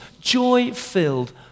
joy-filled